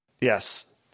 Yes